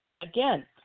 again